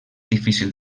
difícil